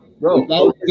bro